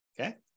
Okay